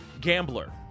gambler